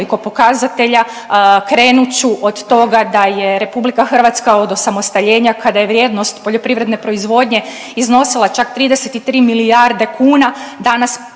nekoliko pokazatelja krenut od toga da je RH od osamostaljenja kada je vrijednost poljoprivredne proizvodnje iznosila čak 33 milijarde kuna, danas